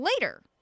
later